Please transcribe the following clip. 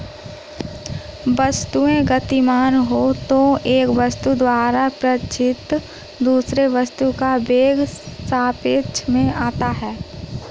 वस्तुएं गतिमान हो तो एक वस्तु द्वारा प्रेक्षित दूसरे वस्तु का वेग सापेक्ष में होता है